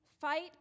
Fight